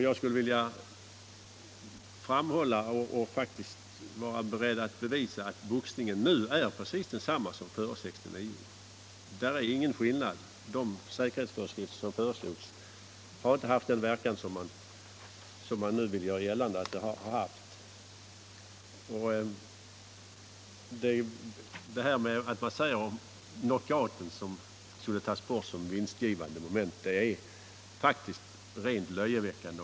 Jag vill påstå — och jag är faktiskt också beredd att bevisa det — att boxningen nu är precis densamma som före 1969. Det finns ingen skillnad. De säkerhetsföreskrifter som föreslogs har inte haft den verkan som man nu vill göra gällande att de har haft. Det sades då att knockouten skulle tas bort som vinstgivande moment, och det är ju rent löjeväckande.